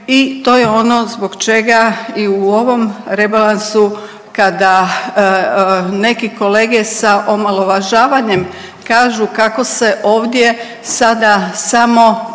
i to je ono zbog čega i u ovom rebalansu kada neki kolege sa omalovažavanjem kažu kako se ovdje sada samo